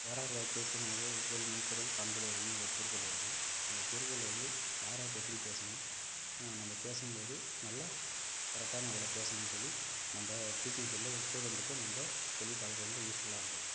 யார் யார் வாய் கேட்பினும் அப்பொருள் மெய்ப்பொருள் காண்பது அறிவுன்னு ஒரு திருக்குறள் இருக்குது அந்த திருக்குறள் வந்து யார் யாருகிட்ட எப்படி பேசணும் நம்ப பேசும் போது நல்லா கரெக்டான இதில் பேசணுன்னு சொல்லி நம்ப டீச்சிங் ஃபீல்டில் ஒரு ஸ்டூடெண்ட்டுக்கு நம்ப சொல்லி தர்றது ரொம்ப யூஸ்ஃபுல்லாக இருந்தது